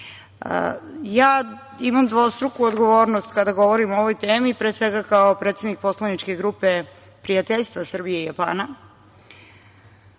imam dvostruku odgovornost kada govorim o ovoj temi, pre svega kao predsednik Poslaničke grupe prijateljstva Srbije i Japana.